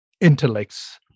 intellects